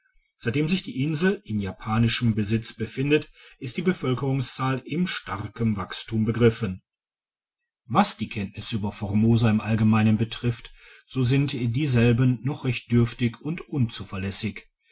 seitdem sich die insel in japanischem besitz befindet ist die bevölkerungszahl in starkem wachstum begriffen digitized by google was die kenntnisse über formosa im allgemeinen betrifft so sind dieselben noch recht dürftig und unzuverlässig